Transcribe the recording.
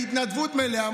בהתנדבות מלאה.